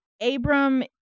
Abram